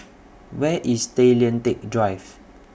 Where IS Tay Lian Teck Drive